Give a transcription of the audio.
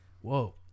Whoa